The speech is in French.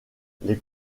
les